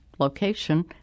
location